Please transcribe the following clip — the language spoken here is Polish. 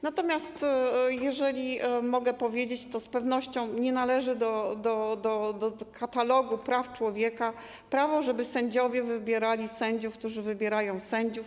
Natomiast, jeżeli mogę coś dodać, to z pewnością nie należy do katalogu praw człowieka prawo, żeby sędziowie wybierali sędziów, którzy wybierają sędziów.